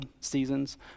seasons